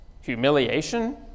humiliation